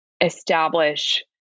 establish